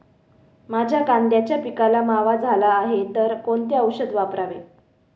माझ्या कांद्याच्या पिकाला मावा झाला आहे तर कोणते औषध वापरावे?